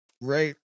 right